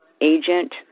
agent